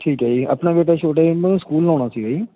ਠੀਕ ਹੈ ਜੀ ਆਪਣਾ ਬੇਟਾ ਛੋਟਾ ਜੀ ਮਤਲਬ ਸਕੂਲ ਲਾਉਣਾ ਸੀਗਾ ਜੀ